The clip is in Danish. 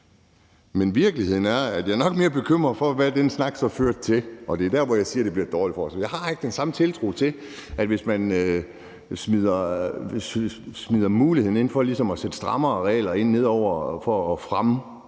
det. Virkeligheden er, at jeg nok mere er bekymret for, hvad den snak så ville føre til, og det er der, jeg siger, at det er et dårligt forslag. Jeg har ikke den samme tiltro til, at det, hvis man giver en mulighed for at indføre strammere regler for at fremme